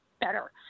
better